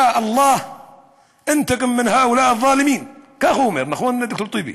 (אומר משפט בערבית.) ככה אומר, נכון ד"ר טיבי?